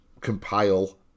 compile